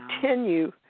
continue